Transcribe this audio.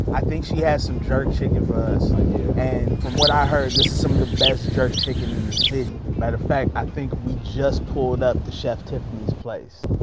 i think she has some jerk chicken for us. aw yeah. and from what i heard, this is some of the best jerk chicken in the city. matter of fact, i think we just pulled up to chef tiffiany's place.